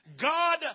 God